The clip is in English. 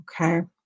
Okay